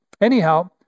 Anyhow